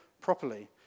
properly